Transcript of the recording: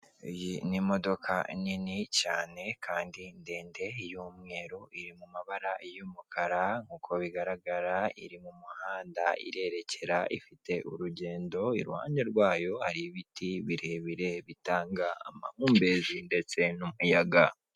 Iyi ni imodoka nini cyane kandi ndende y'umweru iri mu mabara y'umukara nk'uko bigaragara iri mu muhanda irerekera ifite urugendo iruhande rwayo hari ibiti birebire bitanga amambezi ndetse n'umuyaga.